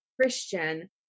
Christian